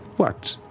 what,